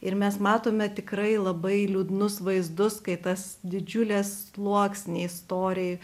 ir mes matome tikrai labai liūdnus vaizdus kai tas didžiuliasluoksniai storiai